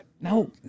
No